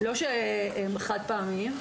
לא שהם חד-פעמיים,